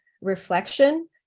reflection